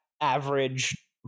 average